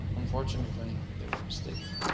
unfortunately, they were mistaken.